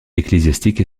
ecclésiastique